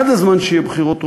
עד הזמן שיהיו בחירות,